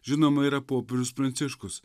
žinoma yra popiežius pranciškus